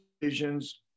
decisions